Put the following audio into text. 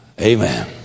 Amen